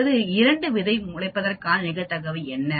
குறைந்தது 2 விதைகளாவது இருப்பதற்கான நிகழ்தகவு என்ன